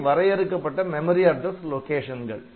இவை வரையறுக்கப்பட்ட memory address லொகேஷன்கள்